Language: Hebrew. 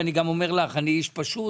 ואני גם אומר לך אני איש פשוט,